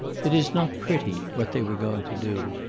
it is not pretty what they were going to do.